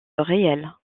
réel